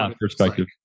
perspective